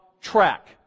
track